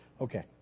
Okay